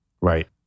Right